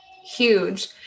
huge